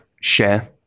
share